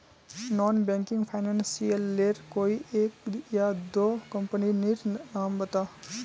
Non banking financial लेर कोई एक या दो कंपनी नीर नाम बता?